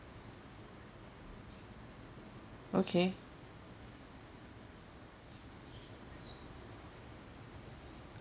okay